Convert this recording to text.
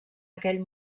aquell